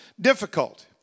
Difficult